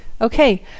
okay